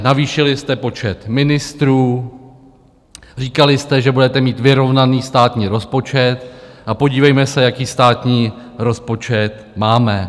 Navýšili jste počet ministrů, říkali jste, že budete mít vyrovnaný státní rozpočet, a podívejme se, jaký státní rozpočet máme.